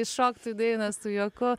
įšokt į dainą su juoku